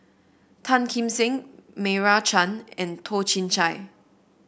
Tan Kim Seng Meira Chand and Toh Chin Chye